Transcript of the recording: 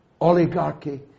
oligarchy